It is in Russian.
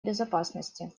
безопасности